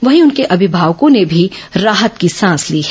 वहीं उनके अभिमावकों ने भी राहत की सांस ली हैं